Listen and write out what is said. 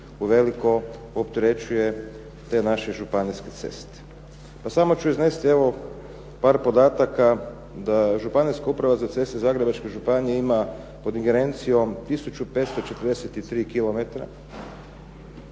uveliko opterećuje te naše županijske ceste. Pa samo ću iznijeti evo par podataka da Županijska uprava za ceste Zagrebačke županije ima pod ingerencijom tisuću